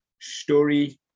Story